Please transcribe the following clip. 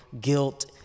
guilt